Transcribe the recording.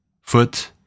foot